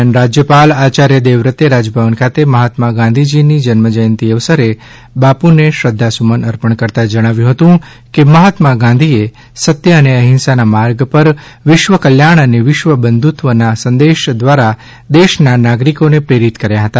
દરમ્યાન રાજ્યપાલશ્રી આચાર્ય દેવવ્રતે રાજભવન ખાતે મહાત્મા ગાંધીજીની જન્મ જયંતી અવસરે બાપુને શ્રદ્વાસુમન અર્પણ કરતાં જણાવ્યુ હતુ કે મહાત્મા ગાંધીજીએ સત્ય અને અહિંસાના માર્ગ પર વિશ્વકલ્યાણ અને વિશ્વ બંધુત્વના સંદેશ દ્વારા દેશના નાગરિકોને પ્રેરિત કર્યા હતા